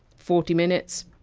forty minutes,